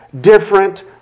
different